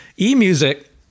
E-music